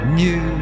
new